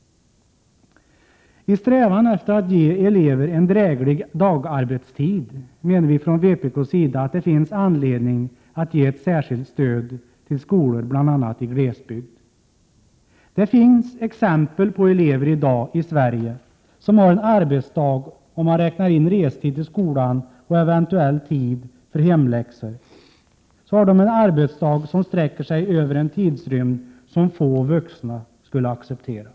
Isträvan efter att ge elever en dräglig dagarbetstid menar vi från vpk:s sida att det finns anledning att ge ett särskilt stöd till bl.a. skolor i glesbygd. Det finns exempel på att elever i Sverige i dag har en arbetsdag, om man räknar in restiden och eventuell tid för hemläxor, som sträcker sig över en tidsrymd Prot. 1987/88:123 som få vuxna skulle acceptera.